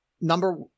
number